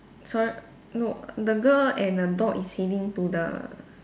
so no the girl and the dog is heading to the